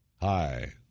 Hi